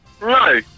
No